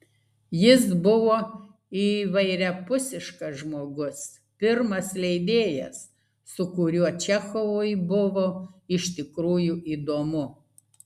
jis buvo įvairiapusiškas žmogus pirmas leidėjas su kuriuo čechovui buvo iš tikrųjų įdomu